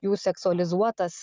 jų seksuolizuotas